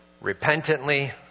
repentantly